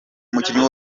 umukinnyi